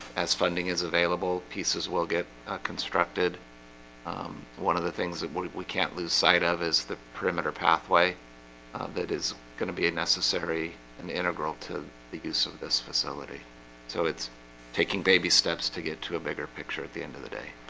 as funding is available pieces will get constructed one of the things that we can't lose sight of is the perimeter pathway that is gonna be a necessary and integral to the use of this facility so it's taking baby steps to get to a bigger picture at the end of the day